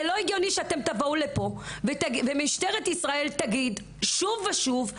זה לא הגיוני שאתם תבואו לפה ומשטרת ישראל תגיד שוב ושוב,